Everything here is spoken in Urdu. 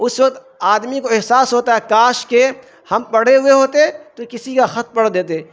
اس وقت آدمی کو احساس ہوتا ہے کاش کہ ہم پڑھے ہوئے ہوتے تو کسی کا خط پڑھ دیتے